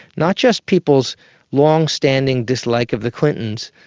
not just people's long-standing dislike of the clintons,